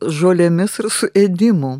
žolėmis ir su ėdimu